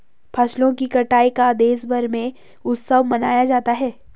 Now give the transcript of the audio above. फसलों की कटाई का देशभर में उत्सव मनाया जाता है